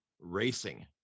racing